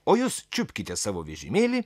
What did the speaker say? o jūs čiupkite savo vežimėlį